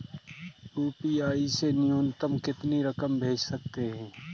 UPI से न्यूनतम कितनी रकम भेज सकते हैं?